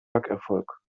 backerfolg